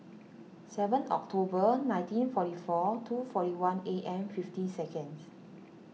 seven October nineteen forty four two forty one A M fifty seconds